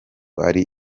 ari